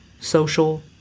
social